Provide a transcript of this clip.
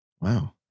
Wow